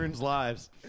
lives